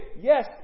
yes